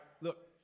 look